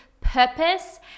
purpose